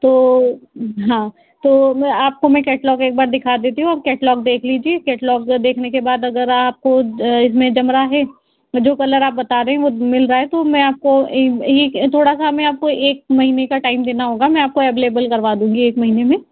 तो हाँ तो आपको मैं कैटलॉग एक बार दिखा देती हूँ आप कैटलॉग देख लीजिए कैटलॉग देखने के बाद अगर आपको इसमें जम रहा है तो जो कलर आप बता रहे है मिल रहा है तो मैं आपको थोड़ा सा मैं आपको एक महीने का टाइम देना होगा मैं आपको अवैलेबल करवा दूंगी एक महीने में